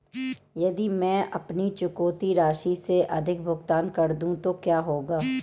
यदि मैं अपनी चुकौती राशि से अधिक भुगतान कर दूं तो क्या होगा?